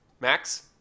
Max